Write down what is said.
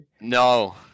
No